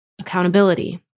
accountability